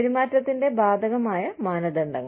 പെരുമാറ്റത്തിന്റെ ബാധകമായ മാനദണ്ഡങ്ങൾ